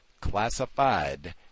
classified